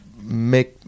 make